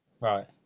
Right